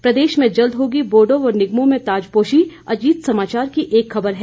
प्रदेश में जल्द होगी बोर्डों व निगमों में ताजपोशी अजीत समाचार की एक खबर है